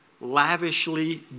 lavishly